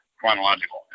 chronological